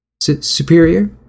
Superior